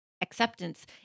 Acceptance